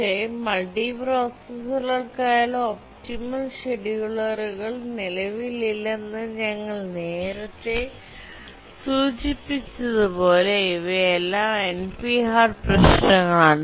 പക്ഷേ മൾട്ടിപ്രൊസസ്സറുകൾക്കായുള്ള ഒപ്റ്റിമൽ ഷെഡ്യൂളറുകൾ നിലവിലില്ലെന്ന് ഞങ്ങൾ നേരത്തെ സൂചിപ്പിച്ചതുപോലെ ഇവയെല്ലാം എൻപി ഹാർഡ് പ്രശ്നങ്ങളാണ്